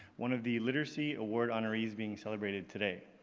one of the literacy award honorees being celebrated today.